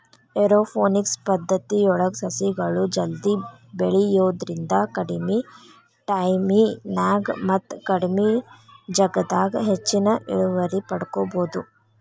aeroponics ಪದ್ದತಿಯೊಳಗ ಸಸಿಗಳು ಜಲ್ದಿ ಬೆಳಿಯೋದ್ರಿಂದ ಕಡಿಮಿ ಟೈಮಿನ್ಯಾಗ ಮತ್ತ ಕಡಿಮಿ ಜಗದಾಗ ಹೆಚ್ಚಿನ ಇಳುವರಿ ಪಡ್ಕೋಬೋದು